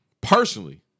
Personally